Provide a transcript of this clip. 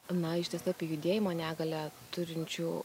na iš tiesų apie judėjimo negalią turinčių